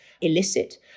illicit